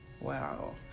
Wow